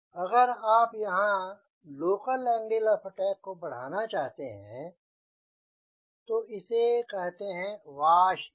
अगर आप यहाँ लोकल एंगल ऑफ़ अटैक को बढ़ाना चाहते हैं तो इसे कहते हैं वाश इन